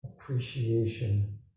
appreciation